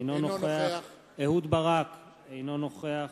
אינו נוכח אהוד ברק, אינו נוכח